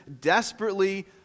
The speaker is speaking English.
desperately